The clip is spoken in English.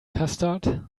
custard